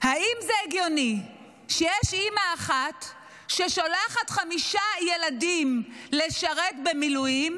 האם זה הגיוני שיש אימא אחת ששולחת חמישה ילדים לשרת במילואים,